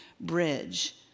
bridge